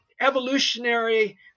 evolutionary